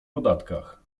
podatkach